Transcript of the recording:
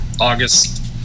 August